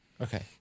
Okay